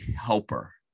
helper